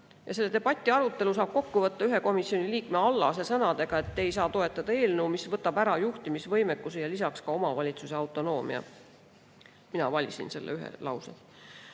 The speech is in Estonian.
Selle debati arutelu saab kokku võtta ühe komisjoni liikme, Allase sõnadega: "Ei saa toetada eelnõu, mis võtab ära juhtimisvõimekuse ja lisaks ka omavalitsuse autonoomia." Mina valisin selle lause.